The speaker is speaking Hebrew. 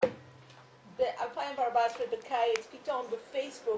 ב-2014 פתאום בפייסבוק,